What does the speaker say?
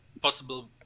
possible